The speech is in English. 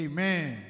Amen